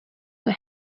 were